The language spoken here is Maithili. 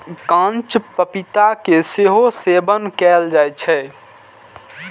कांच पपीता के सेहो सेवन कैल जाइ छै